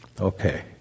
Okay